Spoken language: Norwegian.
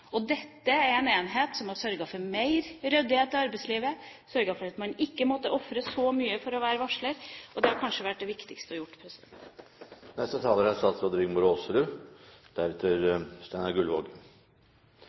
for mer ryddighet i arbeidslivet, sørget for at man ikke måtte ofre så mye for å være varsler, og det kunne kanskje vært det viktigste de hadde gjort. For regjeringen er